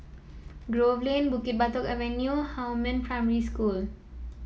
Grove Lane Bukit Batok Avenue Huamin Primary School